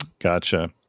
Gotcha